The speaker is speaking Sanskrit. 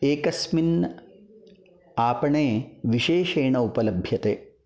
एकस्मिन् आपणे विशेषेण उपलभ्यते